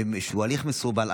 שהוא הליך מסורבל,